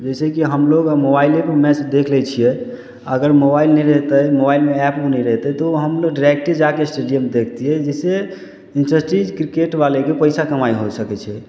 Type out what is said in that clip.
जैसेकि हमलोग आब मोबाइले पे मैसेज देख लै छियै अगर मोबाइल नहि रहितै मोबाइलमे एप्प नहि रहितै तऽ हमलोग डाइरेक्टे जाके स्टेडियम देखतियै जैसे इंडस्ट्री क्रिकेट बालेके पैसा कमाइ होइ सकै छै